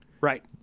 Right